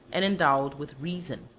and endowed with reason.